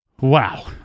Wow